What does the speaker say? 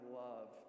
love